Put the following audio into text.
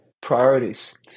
priorities